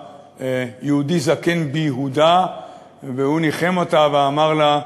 יהודי זקן ביהודה והוא ניחם אותה ואמר לה: